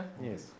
Yes